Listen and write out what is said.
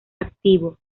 activos